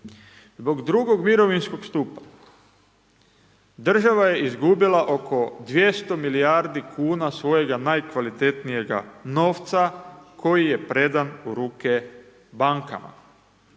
Zbog 2. mirovinskog stupa, država je izgubila oko 200 milijardi kn, svojega najkvalitetnijega novca, koji je predan u ruke bankama.